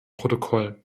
protokoll